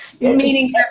Meaning